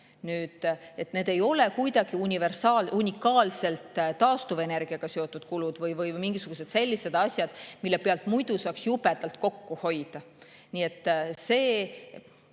Need ei ole kuidagi unikaalselt taastuvenergiaga seotud kulud või mingisugused sellised asjad, mille pealt muidu saaks jubedalt kokku hoida.